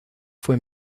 fue